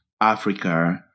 Africa